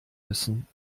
müssen